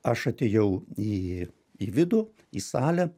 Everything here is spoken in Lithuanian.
aš atėjau į į vidų į salę